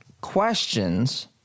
questions